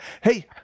Hey